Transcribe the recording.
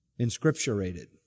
inscripturated